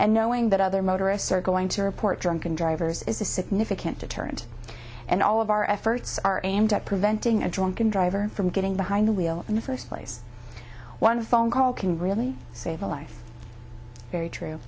and knowing that other motorists are going to report drunken drivers is a significant deterrent and all of our efforts are aimed at preventing a drunken driver from getting behind the wheel in the first place one phone call can really save a life very true